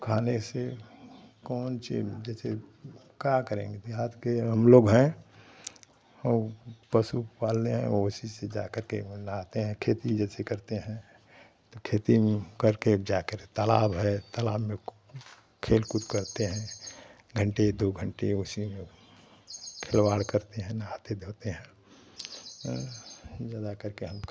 खाने से कौन ची जैसे का करेंगे देहात के हम लोग हैं और पशु पाले हैं उसी से जाकर के वहीं नहाते हैं खेती जैसे करते हैं तो खेती करके जाकर के तालाब है तालाब में खेल कूद करते हैं घंटे दो घंटे उसी में खिलवाड़ करते हैं नहाते धोते हैं ज़्यादा करके हमका